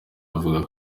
avuga